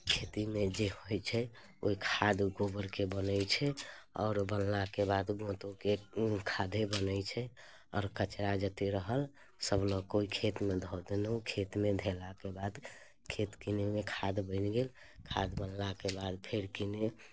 खेतीमे जे होइत छै ओहि खाद गोबरके बनै छै आओर बनलाके बाद गोँतोके खादे बनैत छै आओर कचरा जतेक रहल सभ लऽ कऽ ओहि खेतमे धऽ देलहुँ खेतमे धेलाके बाद खेत किने ओहिमे खाद बनि गेल खाद बनलाके बाद फेर किने